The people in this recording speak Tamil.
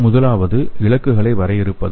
முதலாவது இலக்குகளை வரையறுப்பது